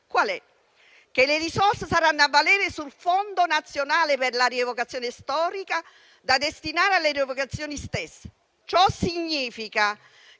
e cioè che le risorse saranno a valere sul Fondo nazionale per la rievocazione storica, da destinare alle rievocazioni stesse. Ciò significa